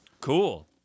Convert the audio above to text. cool